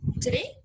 today